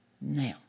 now